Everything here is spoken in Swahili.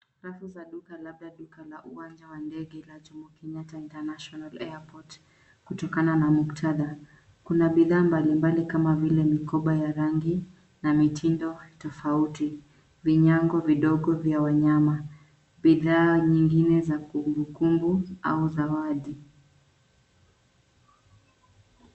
Rafu za duka labda duka la uwanja wa ndege la Jomo Kenyatta International Airport kutokana na muktadha. Kuna bidhaa mbalimbali kama vile mikoba ya rangi na mitindo tofauti, vinyago vidogo vya wanyama, bidhaa nyingine za kumbukumbu au zawadi.